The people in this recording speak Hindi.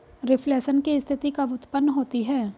रिफ्लेशन की स्थिति कब उत्पन्न होती है?